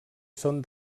són